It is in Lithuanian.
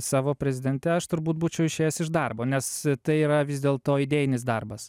savo prezidente aš turbūt būčiau išėjęs iš darbo nes tai yra vis dėlto idėjinis darbas